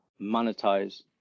monetize